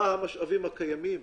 מה המשאבים הקיימים?